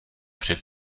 před